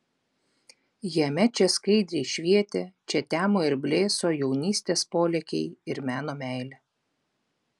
jame čia skaidriai švietė čia temo ir blėso jaunystės polėkiai ir meno meilė